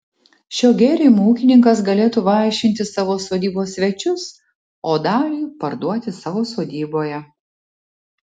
šiuo gėrimu ūkininkas galėtų vaišinti savo sodybos svečius o dalį parduoti savo sodyboje